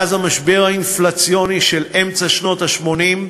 מאז המשבר האינפלציוני של אמצע שנות ה-80,